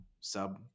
sub